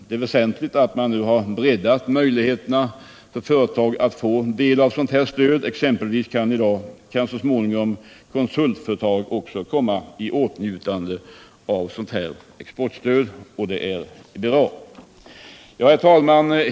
Det är väsentligt att man nu har breddat möjligheterna för företagarna att få del av sådant stöd exempelvis genom att också kon De mindre och sultföretag kan komma i åtnjutande av exportstöd — det är bra. medelstora Herr talman!